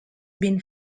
been